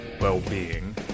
well-being